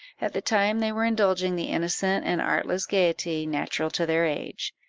at the time they were indulging the innocent and artless gaiety natural to their age.